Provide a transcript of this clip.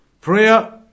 prayer